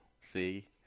See